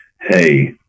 hey